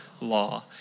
law